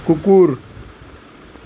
কুকুৰ